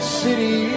city